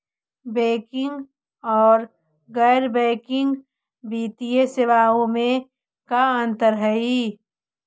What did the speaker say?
Banking और गैर banking वित्तीय सेवाओं में का अंतर हइ?